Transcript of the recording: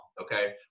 okay